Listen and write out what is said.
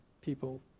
people